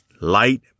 Light